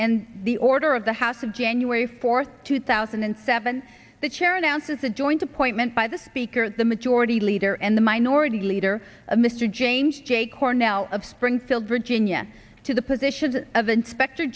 and the order of the house of january fourth two thousand and seven the chair announces a joint appointment by the speaker the majority leader and the minority leader a mr james j cornell of springfield virginia to the position of inspector